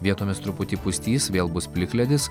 vietomis truputį pustys vėl bus plikledis